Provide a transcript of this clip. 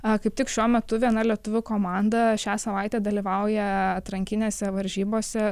o kaip tik šiuo metu viena lietuvių komanda šią savaitę dalyvauja atrankinėse varžybose